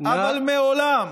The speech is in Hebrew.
אבל מעולם,